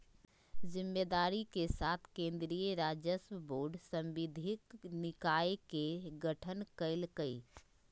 जिम्मेदारी के साथ केन्द्रीय राजस्व बोर्ड सांविधिक निकाय के गठन कइल कय